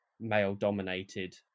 male-dominated